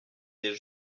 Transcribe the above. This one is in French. des